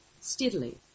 steadily